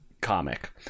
comic